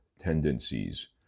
tendencies